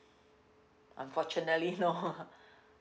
unfortunately no